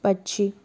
पक्षी